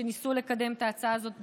שניסו לקדם את ההצעה הזאת בעבר.